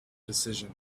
decision